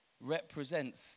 represents